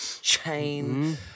chain